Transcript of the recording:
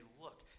look